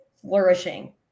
flourishing